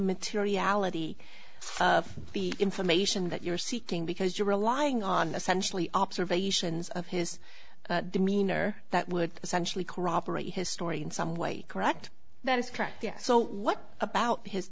materiality of the information that you're seeking because you're relying on essentially observations of his demeanor that would essentially corroborate his story in some way correct that is correct yes so what about his